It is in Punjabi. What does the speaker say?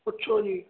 ਅੱਛਾ ਜੀ